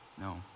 No